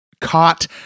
caught